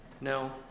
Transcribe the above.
No